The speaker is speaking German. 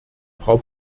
frau